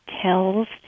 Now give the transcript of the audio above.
tells